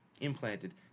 implanted